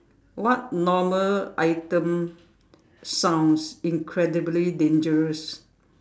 what normal item sounds incredibly dangerous